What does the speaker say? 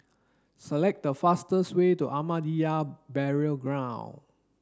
select the fastest way to Ahmadiyya Burial Ground